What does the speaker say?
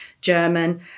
German